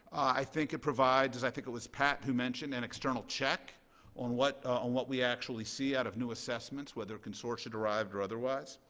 i think it provides i think was pat who mentioned an external check on what on what we actually see out of new assessments, whether consortium derived or otherwise.